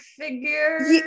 figure